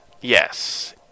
yes